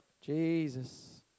Jesus